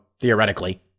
theoretically